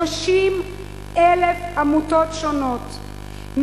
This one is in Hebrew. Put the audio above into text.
30,000 עמותות שונות,